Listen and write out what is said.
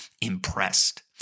impressed